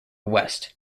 west